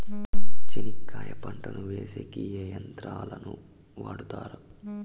చెనక్కాయ పంటను వేసేకి ఏ యంత్రాలు ను వాడుతారు?